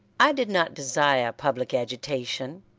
i did not desire public agitation,